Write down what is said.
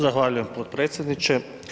Zahvaljujem potpredsjedniče.